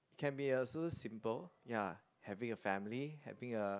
can be also simple ya having a family having a